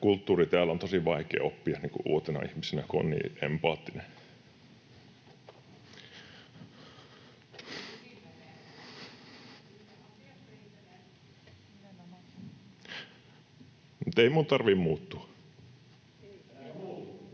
kulttuuri täällä on tosi vaikea oppia uutena ihmisenä, kun on niin empaattinen. [Perussuomalaisten